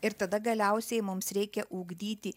ir tada galiausiai mums reikia ugdyti